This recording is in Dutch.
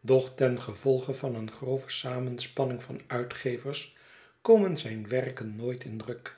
doch tengevolge van een grove samenspanning vanuitgevers komen zijn werken nooit in druk